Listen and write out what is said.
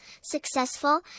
successful